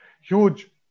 huge